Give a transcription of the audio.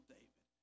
David